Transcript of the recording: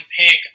pick